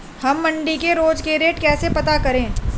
हम मंडी के रोज के रेट कैसे पता करें?